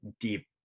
deep